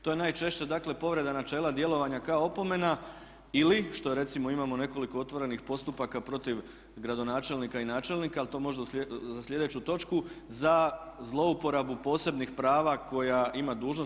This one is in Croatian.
To je najčešće dakle povreda načela djelovanja kao opomena ili što recimo imamo nekoliko otvorenih postupaka protiv gradonačelnika i načelnika ali to možda za sljedeću točku, za zlouporabu posebnih prava koja ima dužnost.